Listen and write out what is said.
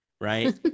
right